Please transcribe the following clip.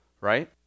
right